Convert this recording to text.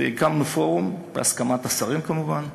והקמנו פורום, בהסכמת השרים כמובן,